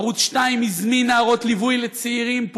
ערוץ 2 הזמין נערות ליווי לצעירים.